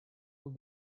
will